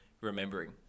remembering